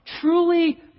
truly